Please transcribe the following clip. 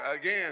again